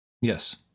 Yes